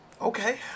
Okay